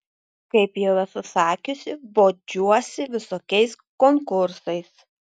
kaip jau esu sakiusi bodžiuosi visokiais konkursais